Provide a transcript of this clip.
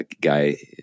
guy